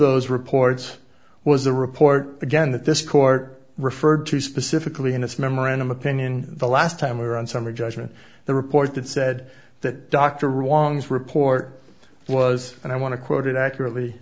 those reports was the report again that this court referred to specifically in this memorandum opinion the last time we were on summary judgment the report that said that dr wong report was and i want to quote it accurately